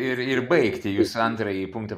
ir ir baigti jūsų antrąjį punktą